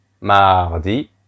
Mardi